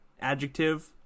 Adjective